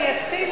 אני אתחיל,